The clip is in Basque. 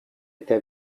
eta